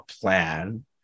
plan